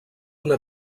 una